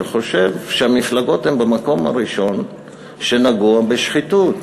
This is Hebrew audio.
שחושב שהמפלגות הן במקום הראשון שנגוע בשחיתות,